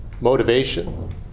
motivation